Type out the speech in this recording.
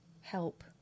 help